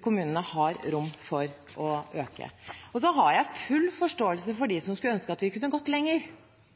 Kommunene har rom for å øke. Jeg har full forståelse for